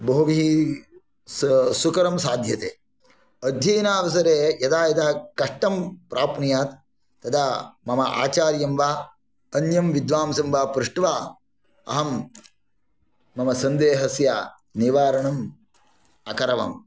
बहुभिः सुकरं साध्यते अध्ययनावसरे यदा यदा कष्टं प्राप्नुयात् तदा मम आचार्यं वा अन्यं विद्वासं वा पृष्ट्वा अहं मम सन्देहस्य निवारणम् अकरवम्